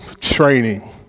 training